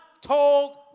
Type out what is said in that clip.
told